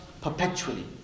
perpetually